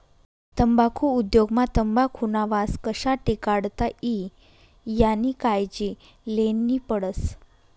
तम्बाखु उद्योग मा तंबाखुना वास कशा टिकाडता ई यानी कायजी लेन्ही पडस